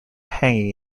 hanging